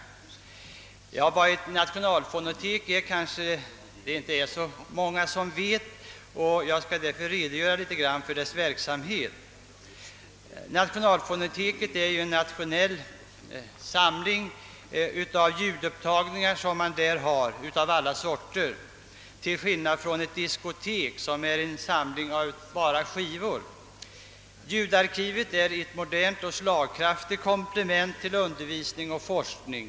Nu är det kanske inte så många som vet vad ett nationalfonotek är, och därför skall jag här redogöra litet för fonotekets verksamhet. Nationalfonoteket är en nationell samling ljudupptagningar av alla slag — alltså till skillnad från ett diskotek, som är en samling av enbart skivor. Ljudarkivet är ett modernt och slagkraftigt komplement vid undervisning och forskning.